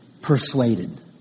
Persuaded